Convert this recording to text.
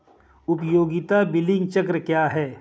उपयोगिता बिलिंग चक्र क्या है?